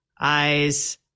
eyes